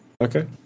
Okay